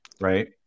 right